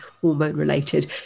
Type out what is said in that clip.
hormone-related